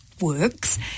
works